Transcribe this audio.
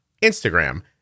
Instagram